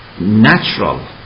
natural